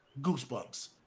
Goosebumps